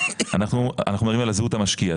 אנחנו מדברים על זהות המשקיע,